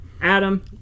Adam